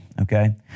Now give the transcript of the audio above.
okay